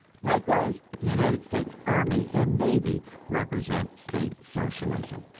likewise the united states army and navy represent state socialism.